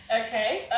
Okay